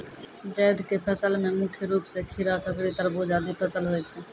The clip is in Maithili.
जैद क फसल मे मुख्य रूप सें खीरा, ककड़ी, तरबूज आदि फसल होय छै